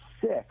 six